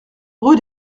rue